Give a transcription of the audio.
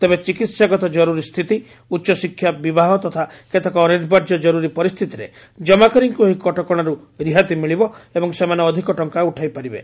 ତେବେ ଚିକିହାଗତ ଜରୁରି ସ୍ଥିତି ଉଚ୍ଚଶିକ୍ଷା ବିବାହ ତଥା କେତେକ ଅନିବାର୍ଯ୍ୟ କରୁରି ପରିସ୍ଥିତିରେ ଜମାକାରୀଙ୍କୁ ଏହି କଟକଣାରୁ ରିହାତି ମିଳିବ ଏବଂ ସେମାନେ ଅଧିକ ଟଙ୍କା ଉଠାଇ ପାରିବେ